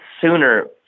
sooner